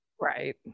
right